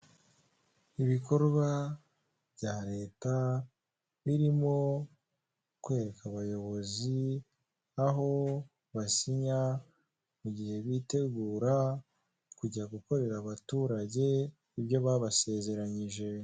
Ibikorwa bya leta birimo kwereka abayobozi aho basinya mu gihe bitegura kujya gukorera abaturage ibyo babasezeranyije.